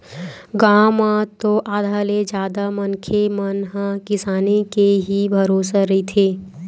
गाँव म तो आधा ले जादा मनखे मन ह किसानी के ही भरोसा रहिथे